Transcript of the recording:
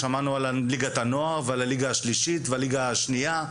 שמענו על ליגת הנוער ועל הליגה השלישית והליגה השנייה,